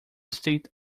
state